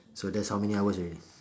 so that's how many hours already